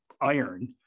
iron